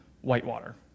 Whitewater